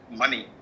money